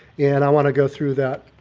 and i want to go through that.